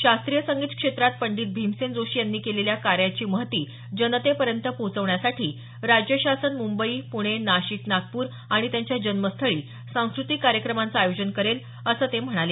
शास्त्रीय संगीत क्षेत्रात पंडित भीमसेन जोशी यांनी केलेल्या कार्याची महती जनतेपर्यंत पोचवण्यासाठी राज्य शासन मुंबई प्णे नाशिक नागपूर आणि त्यांच्या जन्मस्थळी सांस्कृतिक कार्यक्रमांचं आयोजन करेल असं ते म्हणाले